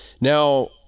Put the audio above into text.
Now